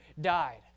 died